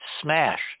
smashed